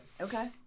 Okay